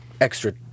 extra